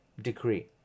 decree